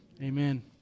amen